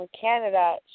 Canada